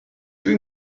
rydw